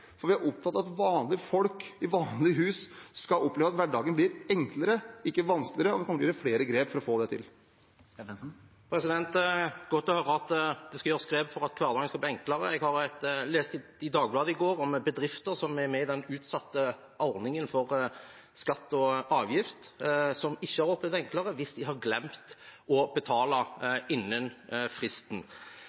for vi er opptatt av at vanlige folk i vanlige hus skal oppleve at hverdagen blir enklere, ikke vanskeligere, og vi kommer til å gjøre flere grep for å få det til. Roy Steffensen – til oppfølgingsspørsmål. Det er godt å høre at det skal gjøres grep for at hverdagen skal bli enklere. Jeg leste i Dagbladet i går om bedrifter som er med i den ordningen for utsatt skatt og avgift, som ikke har opplevd det enklere hvis de har glemt å betale innen fristen.